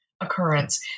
occurrence